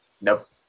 Nope